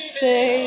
say